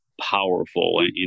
powerful